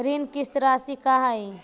ऋण किस्त रासि का हई?